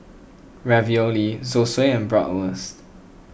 Ravioli Zosui and Bratwurst